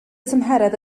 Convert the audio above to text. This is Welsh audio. tymheredd